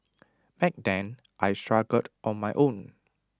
back then I struggled on my own